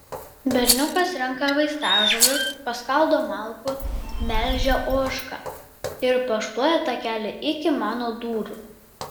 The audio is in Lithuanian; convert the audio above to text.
berniukas renka vaistažoles paskaldo malkų melžia ožką ir pašluoja takelį iki mano durų